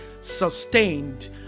sustained